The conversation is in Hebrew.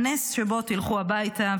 הנס שבו תלכו הביתה,